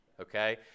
okay